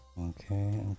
Okay